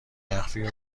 مخفی